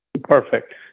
Perfect